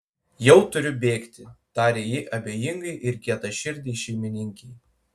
jau turiu bėgti tarė ji abejingai ir kietaširdei šeimininkei